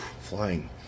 flying